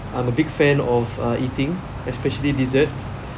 I'm a big fan of err eating especially desserts